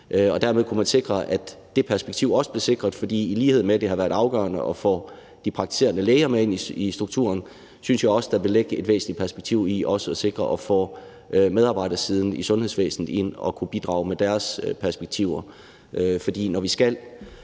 Dermed kunne man sikre, at det perspektiv også blev sikret. For i lighed med, at det har været afgørende at få de praktiserende læger med ind i strukturen, synes jeg også, der vil være et væsentligt perspektiv i også at sikre at få medarbejdersiden i sundhedsvæsenet ind til at kunne bidrage med deres perspektiver, for når vi skal